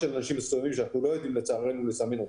אצל מפיצי-על שאנחנו לא יודעים לסמן אותם.